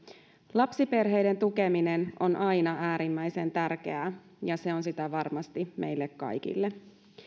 lapsiperheiden tukeminen on aina äärimmäisen tärkeää ja se on sitä varmasti meille kaikille